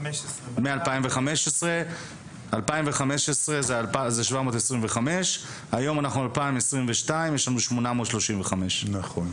מ-2015 זה היה 725. היום אנחנו ב-2022 ויש לנו 835. נכון.